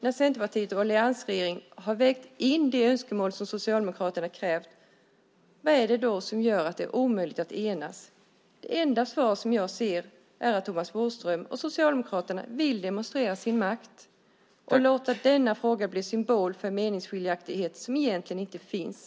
När Centerpartiet och alliansregeringen nu vägt in de önskemål som Socialdemokraterna krävt undrar jag vad det då är som gör det omöjligt att enas. Det enda svar jag ser är att Thomas Bodström och Socialdemokraterna vill demonstrera sin makt och låter denna fråga bli symbol för en meningsskiljaktighet som egentligen inte finns.